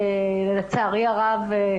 שלצערי הרב,